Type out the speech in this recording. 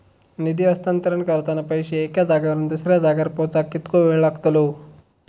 निधी हस्तांतरण करताना पैसे एक्या जाग्यावरून दुसऱ्या जाग्यार पोचाक कितको वेळ लागतलो?